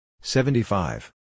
seventy-five